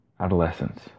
adolescence